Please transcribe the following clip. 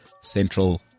Central